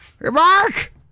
Mark